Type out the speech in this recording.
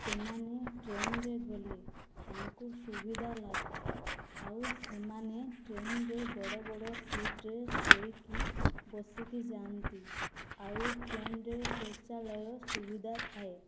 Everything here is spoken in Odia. ସେମାନେ ଟ୍ରେନ୍ରେ ଗଲେ ତାଙ୍କୁ ସୁବିଧା ଲାଗେ ଆଉ ସେମାନେ ଟ୍ରେନରେ ବଡ଼ ବଡ଼ ସିଟରେ ଶୋଇକି ବସିକି ଯାଆନ୍ତି ଆଉ ଟ୍ରେନ୍ରେ ଶୌଚାଳୟ ସୁବିଧା ଥାଏ